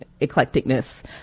eclecticness